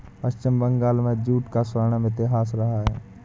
पश्चिम बंगाल में जूट का स्वर्णिम इतिहास रहा है